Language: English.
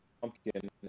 Pumpkin